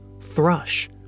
thrush